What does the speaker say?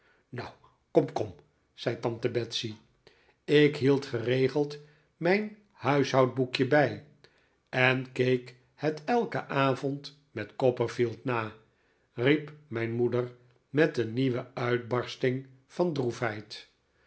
kom kom zei tante betsey ik hield geregeld mijn huishoudboekje bij en keek het elken avond met copperfield na riep mijn moeder met een nieuwe uitbarsting van